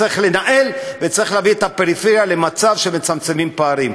צריך לנהל וצריך להביא את הפריפריה למצב שמצמצמים פערים.